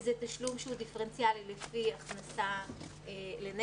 זה תשלום שהוא דיפרנציאלי לפי הכנסה לנפש.